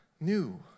New